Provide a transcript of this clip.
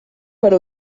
per